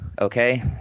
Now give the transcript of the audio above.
Okay